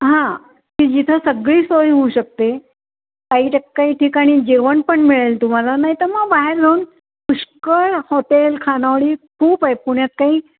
हां की जिथं सगळी सोय होऊ शकते काहीच्या काही ठिकाणी जेवण पण मिळेल तुम्हाला नाही तर मग बाहेर जाऊन पुष्कळ हॉटेल खानावळी खूप पुण्यात काही